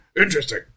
Interesting